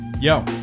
yo